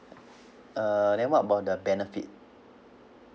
err then what about the benefit